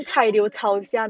shrimp also